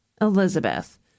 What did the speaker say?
Elizabeth